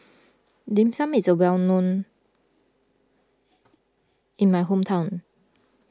Dim Sum is a well known in my hometown